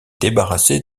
débarrasser